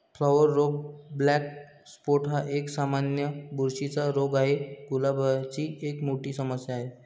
flower रोग black spot हा एक, सामान्य बुरशीचा रोग आहे, गुलाबाची एक मोठी समस्या आहे